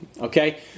okay